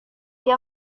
dia